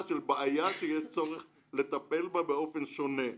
של בעיה שיהיה צורך לטפל בה באופן שונה.